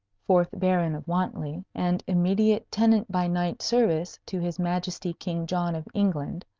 fourth baron of wantley, and immediate tenant by knight-service to his majesty king john of england,